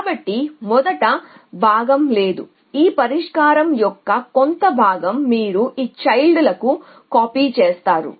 కాబట్టి మొదటి భాగం లేదా ఈ పరిష్కారం యొక్క కొంత భాగం మీరు ఈ చైల్డ్ లకి కాపీ చేస్తారు